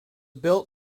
built